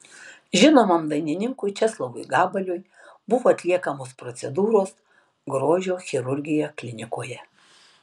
žinomam dainininkui česlovui gabaliui buvo atliekamos procedūros grožio chirurgija klinikoje